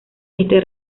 este